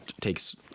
takes